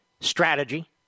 strategy